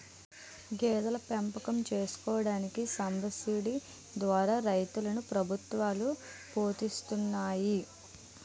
గేదెల పెంపకం చేసుకోడానికి సబసిడీ ద్వారా రైతులను ప్రభుత్వాలు ప్రోత్సహిస్తున్నాయి